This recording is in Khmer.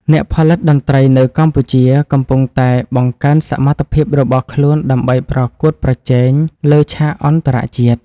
អ្នកផលិតតន្ត្រីនៅកម្ពុជាកំពុងតែបង្កើនសមត្ថភាពរបស់ខ្លួនដើម្បីប្រកួតប្រជែងលើឆាកអន្តរជាតិ។